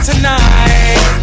Tonight